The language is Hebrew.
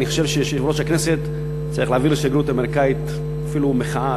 אני חושב שיושב-ראש הכנסת צריך להעביר לשגרירות האמריקנית אפילו מחאה,